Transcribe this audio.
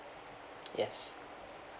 yes